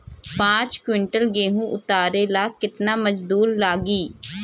पांच किविंटल गेहूं उतारे ला केतना मजदूर लागी?